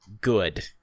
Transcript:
good